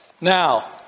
Now